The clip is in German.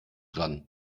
dran